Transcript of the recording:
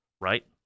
right